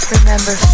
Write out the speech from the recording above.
Remember